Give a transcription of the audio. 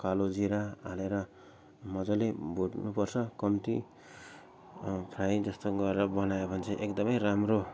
कालो जिरा हालेर मजाले भुट्नु पर्छ कम्ती फ्राई जस्तो गरेर बनायो भने चाहिँ एकदमै राम्रो